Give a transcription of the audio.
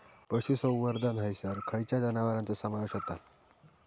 पशुसंवर्धन हैसर खैयच्या जनावरांचो समावेश व्हता?